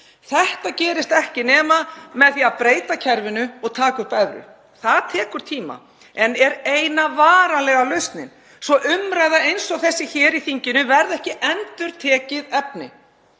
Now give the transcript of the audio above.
Þetta gerist ekki nema með því að breyta kerfinu og taka upp evru. Það tekur tíma en er eina varanlega lausnin svo að umræða eins og þessi hér í þinginu verði ekki endurtekið efni.